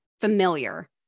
familiar